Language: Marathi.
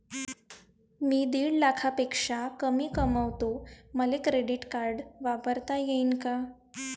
मी दीड लाखापेक्षा कमी कमवतो, मले क्रेडिट कार्ड वापरता येईन का?